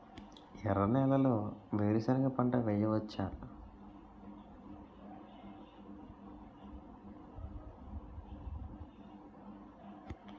ఎర్ర నేలలో వేరుసెనగ పంట వెయ్యవచ్చా?